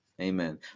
Amen